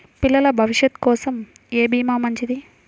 పిల్లల భవిష్యత్ కోసం ఏ భీమా మంచిది?